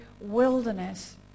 wilderness